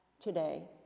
today